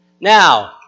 Now